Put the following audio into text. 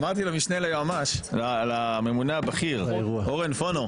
אמרתי למשנה ליועמ"ש, לממונה הבכיר, אורן פונו.